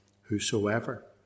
Whosoever